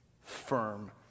firm